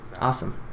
Awesome